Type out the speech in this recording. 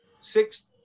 six